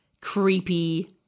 creepy